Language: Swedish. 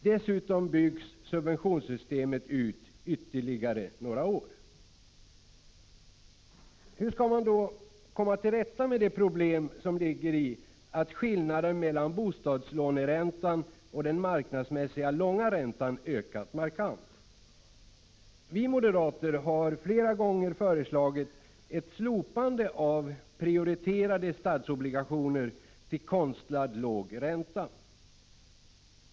Dessutom byggs subventionssystemet ut ytterligare några år. Hur skall man då komma till rätta med det problem som ligger i att skillnaden mellan bostadslåneräntan och den marknadsmässiga långa räntan ökat markant? Vi moderater har flera gånger föreslagit ett slopande av prioriterade statsobligationer till konstlat låg ränta.